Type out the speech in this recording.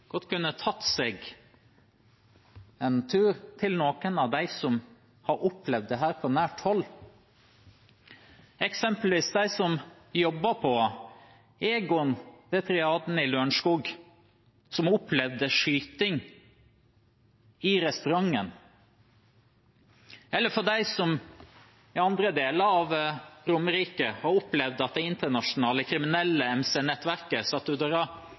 godt kunne tatt seg en tur til noen av dem som har opplevd dette på nært hold, eksempelvis dem som jobber på Egon ved Triaden i Lørenskog, som har opplevd skyting i restauranten, eller dem som i andre deler av Romerike har opplevd at det internasjonale kriminelle